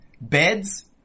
Beds